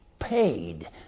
paid